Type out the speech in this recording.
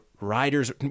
riders